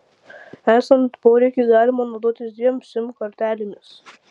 esant poreikiui galima naudotis dviem sim kortelėmis